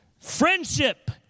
Friendship